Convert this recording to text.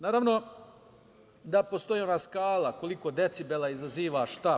Naravno da postoji ona skala koliko decibela izaziva šta.